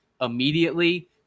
immediately